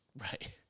Right